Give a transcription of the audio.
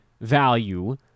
value